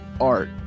art